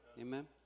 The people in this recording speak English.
Amen